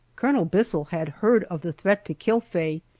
colonel bissell had heard of the threat to kill faye,